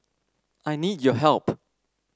I need your help